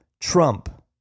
Trump